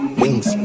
wings